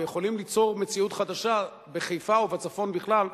ויכולים ליצור מציאות חדשה בחיפה ובצפון בכלל,